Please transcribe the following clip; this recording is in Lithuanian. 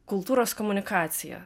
kultūros komunikacija